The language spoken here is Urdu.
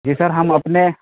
جی سر ہم اپنے